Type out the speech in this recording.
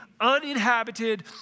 uninhabited